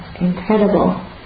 incredible